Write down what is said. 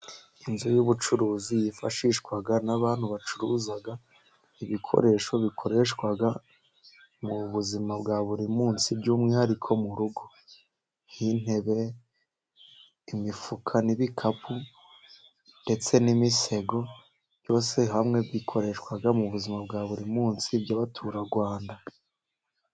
Inzu y'ubucuruzi yifashishwa n'abantu bacuruza ibikoresho bikoreshwa mu buzima bwa buri munsi, by'umwihariko mu rugo. Nk'intebe, imifuka, n'ibikapu ndetse n'imisego, byose hamwe bikoreshwa mu buzima bwa buri munsi by'abaturarwanda.